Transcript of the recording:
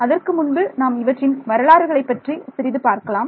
அதற்கு முன்பு நாம் இவற்றின் வரலாறுகளைப் பற்றி சிறிது பார்க்கலாம்